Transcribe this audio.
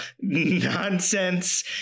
nonsense